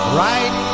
right